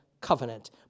covenant